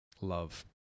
Love